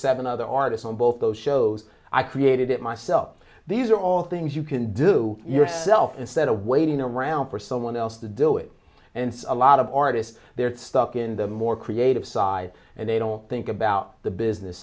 seven other artists on both those shows i created it myself these are all things you can do yourself instead of waiting around for someone else to do it and a lot of artists they're stuck in the more creative side and they don't think about the business